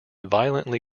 violently